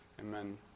Amen